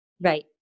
right